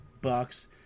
Bucks